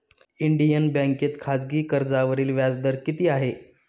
Indian बँकेत खाजगी कर्जावरील व्याजदर किती आहे?